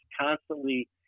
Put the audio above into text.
constantly